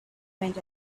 went